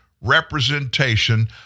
representation